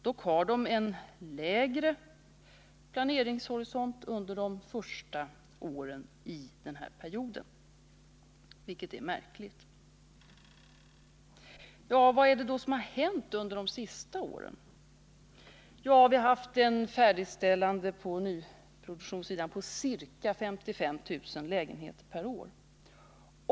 Dock har de en lägre planeringshorisont under de första åren av denna period, vilket är märkligt. Vad är det då som har hänt under de senaste åren? När det gäller nyproduktion har vi haft ett färdigställande av ca 55 000 lägenheter per år.